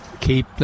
Keep